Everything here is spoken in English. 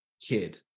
kid